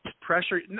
pressure